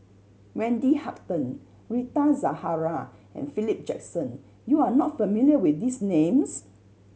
Wendy Hutton Rita Zahara and Philip Jackson you are not familiar with these names